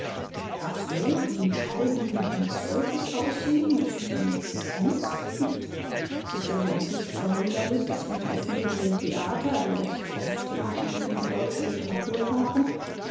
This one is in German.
darf so die schaubühne eines volkes aussehen das um seine existenz ringt es ist übrigens nicht verwunderlich daß unsere führenden theater die recht oft theater gegen die deutsche literatur waren